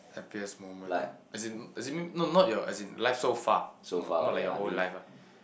happiest moment as in as in may~ no not your as in life so far not not like your whole life ah